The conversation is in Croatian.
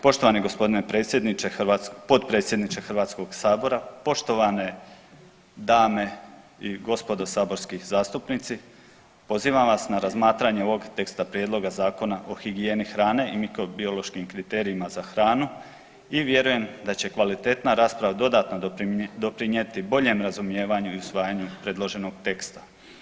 Poštovani gospodine predsjedniče hrvatskog, potpredsjedniče Hrvatskog sabora, poštovane dame i gospodo saborski zastupnici pozivam vas na razmatranje ovog teksta prijedloga Zakona o higijeni hrane i mikrobiološkim kriterijima za hranu i vjerujem da će kvalitetna rasprava dodatno doprinijeti boljem razumijevanju i usvajanju predloženog teksta.